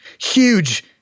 huge